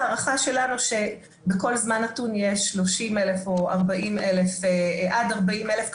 ההערכה שלנו שבכל זמן נתון יש עד 40 אלף,